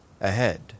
Ahead